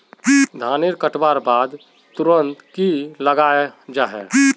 धानेर कटवार बाद तुरंत की लगा जाहा जाहा?